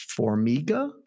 Formiga